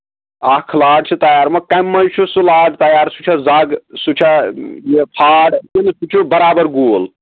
اکھ لاٹ چھِ تَیار مَگر کَمہِ منٛز چھِ سُہ لاٹ تَیار سُہ چھا زاگہٕ سُہ چھا یہِ پھاڑ کِنہٕ سُہ چھُ برابر گول